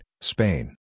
Spain